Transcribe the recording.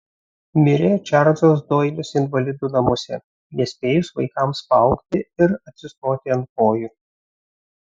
mirė čarlzas doilis invalidų namuose nespėjus vaikams paaugti ir atsistoti ant kojų